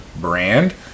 brand